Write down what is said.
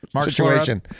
situation